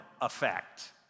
effect